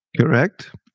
Correct